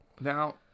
now